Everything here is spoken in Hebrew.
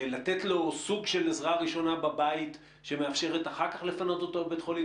לתת לו סוג של עזרה ראשונה בבית שמאפשרת אחר כך לפנות אותו לבית החולים.